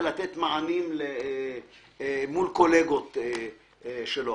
לתת מענים מול קולגות שלו.